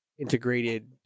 integrated